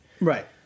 Right